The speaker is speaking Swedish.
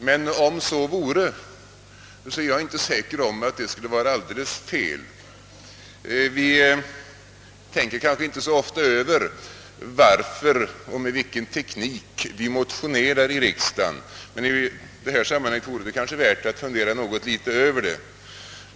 Men om så vore, är jag inte säker på att det skulle vara alldeles fel. Vi tänker kanske inte så ofta på frågan varför och med vilken teknik vi motionerar i riksdagen, men i det här sammanhanget vore det kanske värt att fundera litet över det.